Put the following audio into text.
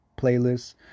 playlists